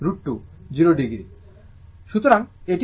সুতরাং এটি rms মান